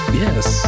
yes